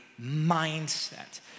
mindset